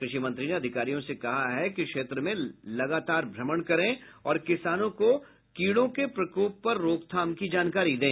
कृषि मंत्री ने अधिकारियों से कहा है कि क्षेत्र में लगातार भ्रमण करें और किसानों को कीड़ों के प्रकोप पर रोकथाम की जानकारी दें